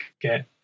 get